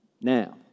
now